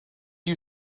you